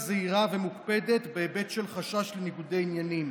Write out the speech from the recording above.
זהירה ומוקפדת בהיבט של חשש לניגודי עניינים.